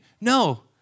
No